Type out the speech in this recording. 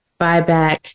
buyback